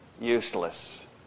useless